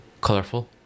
colorful